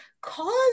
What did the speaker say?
cause